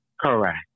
Correct